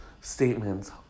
statements